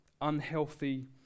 unhealthy